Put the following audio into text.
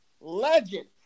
legend